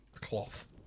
cloth